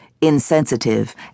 insensitive